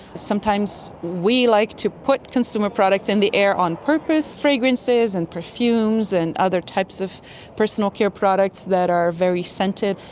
sometimes we like to put consumer products in the air on purpose, fragrances and perfumes and other types of personal care products that are very scented.